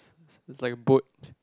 is like a boat